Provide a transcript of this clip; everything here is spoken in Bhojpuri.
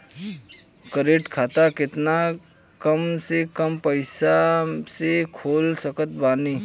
करेंट खाता केतना कम से कम पईसा से खोल सकत बानी?